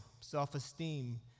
self-esteem